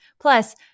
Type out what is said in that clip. Plus